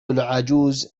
العجوز